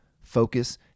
focus